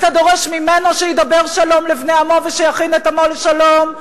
אתה דורש ממנו שידבר שלום לבני עמו ושיכין את עמו לשלום.